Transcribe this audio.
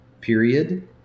Period